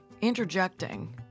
interjecting